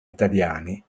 italiani